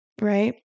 right